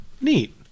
neat